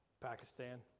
Pakistan